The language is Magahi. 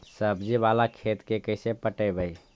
सब्जी बाला खेत के कैसे पटइबै?